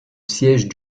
siège